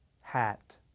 Hat